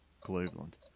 Cleveland